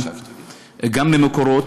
גם מ"מקורות"